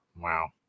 Wow